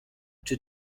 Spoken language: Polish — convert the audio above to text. czy